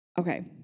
Okay